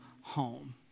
home